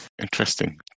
Interesting